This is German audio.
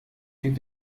die